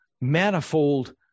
manifold